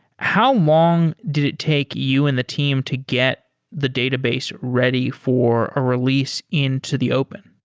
how long did it take you and the team to get the database ready for a release into the open?